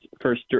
first